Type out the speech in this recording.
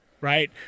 right